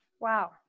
Wow